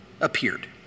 appeared